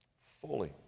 fully